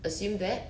assume that